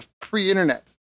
pre-internet